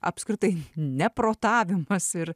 apskritai neprotavimas ir